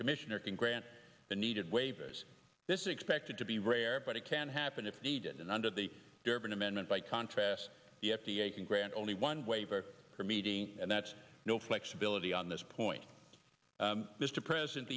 commissioner can grant the needed waivers this is expected to be rare but it can happen if needed and under the durban amendment by contrast the f d a can grant only one waiver for meeting and that's no flexibility on this point mr president